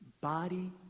Body